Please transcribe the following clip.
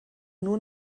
nur